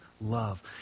love